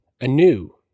anew